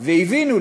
והבינו,